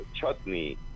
chutney